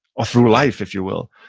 or through life, if you will,